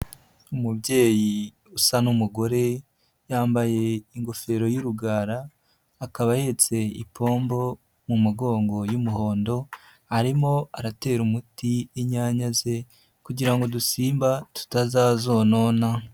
Umubyeyi usa n'umugore yambaye ingofero y'urugara, akaba ahetse ipombo mu mugongo y'umuhondo, arimo aratera umuti inyanya ze kugira ngo udusimba tutazazonona.